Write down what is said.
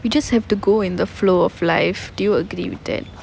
we just have to go in the flow of life do you agree with that